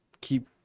keep